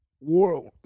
World